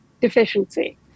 deficiency